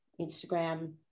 Instagram